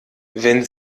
wenn